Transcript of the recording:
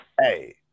hey